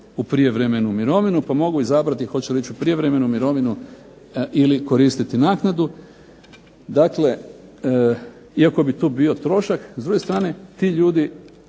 u prijevremenu mirovinu, pa mogu izabrati hoće li ići u prijevremenu mirovinu ili koristiti naknadu. Dakle, iako bi tu bio trošak ti ljudi